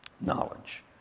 Knowledge